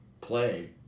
play